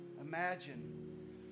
imagine